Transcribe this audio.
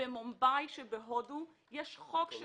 במומבאי שבהודו יש חוק.